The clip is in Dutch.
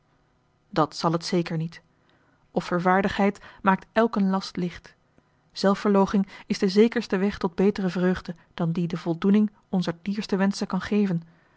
dat zal het zeker niet offervaardigheid maakt elken last licht zelfverloochening is de zekerste weg tot betere vreugde dan die de voldoening onzer dierste wenschen kan geven